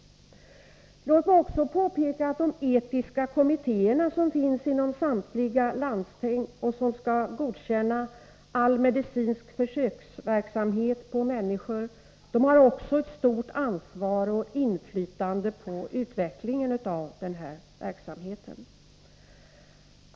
Låt mig också påpeka att de etiska kommittéer som finns inom samtliga landsting och som skall godkänna all medicinsk försöksverksamhet på människor har ett stort ansvar för och inflytande på utvecklingen av verksamheten.